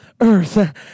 earth